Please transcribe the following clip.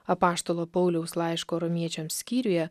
apaštalo pauliaus laiško romiečiams skyriuje